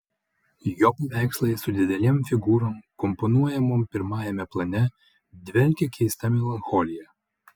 jo paveikslai su didelėm figūrom komponuojamom pirmajame plane dvelkia keista melancholija